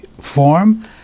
form